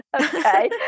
Okay